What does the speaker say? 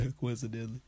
coincidentally